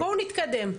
בואו נתקדם.